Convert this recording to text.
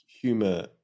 humor